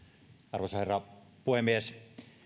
arvoisa herra puhemies